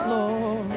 Lord